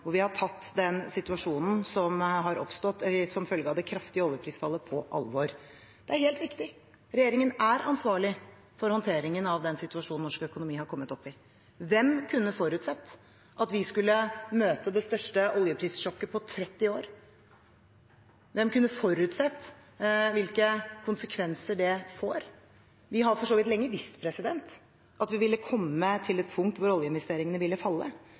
Vi har tatt den situasjonen som har oppstått som følge av det kraftige oljeprisfallet, på alvor. Det er helt riktig, regjeringen er ansvarlig for håndteringen av den situasjonen norsk økonomi har kommet opp i. Hvem kunne forutsett at vi skulle møte det største oljeprissjokket på 30 år? Hvem kunne forutsett hvilke konsekvenser det får? Vi har for så vidt lenge visst at vi ville komme til et punkt hvor oljeinvesteringene ville falle,